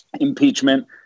impeachment